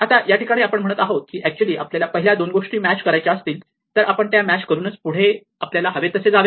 आता या ठिकाणी आपण म्हणत आहोत की ऍक्च्युली आपल्याला पहिल्या दोन गोष्टी मॅच करायच्या असतील तर आपण त्या मॅच करूनच पुढे आपल्याला हवे तसे जावे